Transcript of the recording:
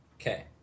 okay